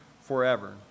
forever